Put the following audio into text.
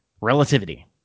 Relativity